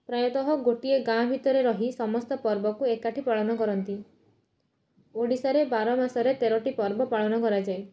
ପ୍ରାୟତଃ ଗୋଟିଏ ଗାଁ ଭିତରେ ରହି ସମସ୍ତ ପର୍ବକୁ ଏକାଠି ପାଳନ କରନ୍ତି ଓଡ଼ିଶାରେ ବାରମାସରେ ତେରଟି ପର୍ବ ପାଳନ କରାଯାଏ